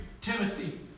Timothy